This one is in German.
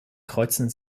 kreuzen